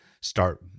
start